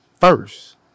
first